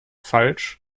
falsch